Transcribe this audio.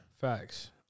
Facts